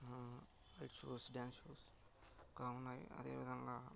night shows dance shows ఇంకా ఉన్నాయి అదేవిధంగా